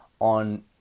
on